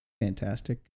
fantastic